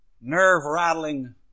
nerve-rattling